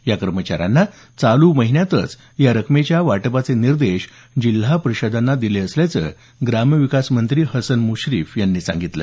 या कर्मचाऱ्यांना चालू महिन्यातच या रकमेच्या वाटपाचे निर्देश जिल्हा परिषदांना दिले असल्याचं ग्रामविकास मंत्री हसन मुश्रीफ यांनी सांगितलं